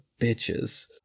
bitches